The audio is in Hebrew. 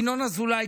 ינון אזולאי,